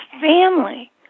family